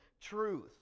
truth